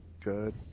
good